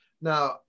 Now